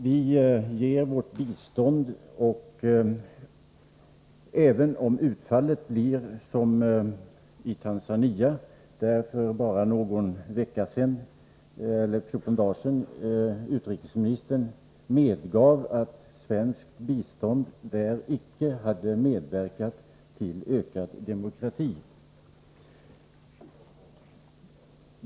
Vi ger vårt bistånd — även om utfallet blir som i Tanzania. För bara 14 dagar sedan medgav utrikesministern att det svenska biståndet till Tanzania icke hade medverkat till ökad demokrati i landet.